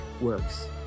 Works